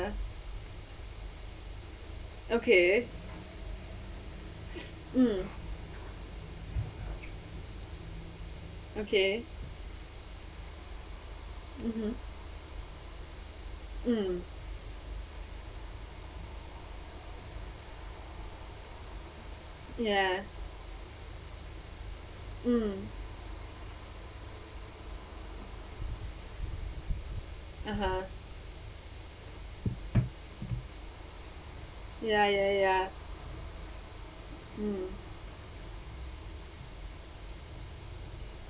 ~a okay mm okay mmhmm mm ya mm (uh huh) ya ya ya mm